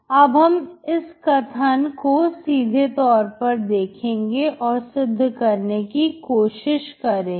अब हम इस कथन को सीधे तौर पर देखेंगे और सिद्ध करने की कोशिश करेंगे